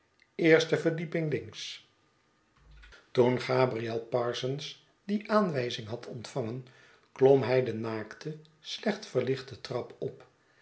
eerste verdieping links toen gabriel parsons die aanwijzing had ontvangen klom h y de naakte slecht verlichte trap op